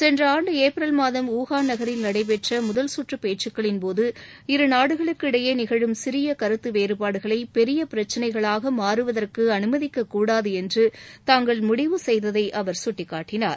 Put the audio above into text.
சென்ற ஆண்டு ஏப்ரல் மாதம் ஊகான் நகரில் நடைபெற்ற முதல் சுற்றுப் பேச்சுக்களின் போது இருநாடுகளுக்கு இடையே நிகழும் சிறிய கருத்து வேறுபாடுகளை பெரிய பிரச்சினைகளாக மாறுவதற்கு அனுமதிக்கக் கூடாது என்று தாங்கள் முடிவு செய்ததை அவர் கட்டிக்காட்டினார்